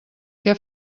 què